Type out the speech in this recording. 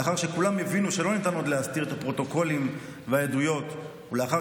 לאחר שכולם הבינו שלא ניתן עוד להסתיר את הפרוטוקולים והעדויות ולאחר